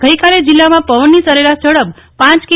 ગઈકાલે જિલ્લામાં પવનની સરેરાશ ઝડપ પ કિ